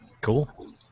Cool